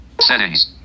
Settings